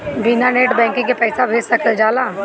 बिना net banking के पईसा भेज सकल जाला?